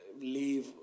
leave